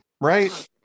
right